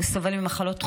הוא סובל ממחלות כרוניות,